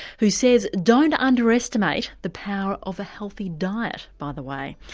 who says don't underestimate the power of a healthy diet, by the way.